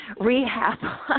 rehab